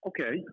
Okay